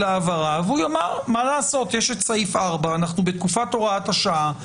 אנחנו נשארים עם סעיף קטן (4).